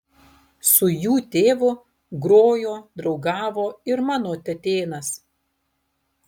su jų tėvu grojo draugavo ir mano tetėnas